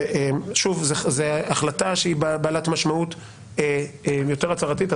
זו החלטה שהיא בעלת משמעות יותר הצהרתית.